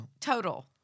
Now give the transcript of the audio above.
total